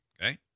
Okay